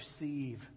receive